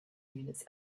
units